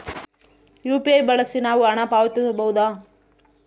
UPI ಬಳಸಿ ನಾವು ಹಣ ಪಾವತಿಸಬಹುದಾ?